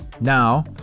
Now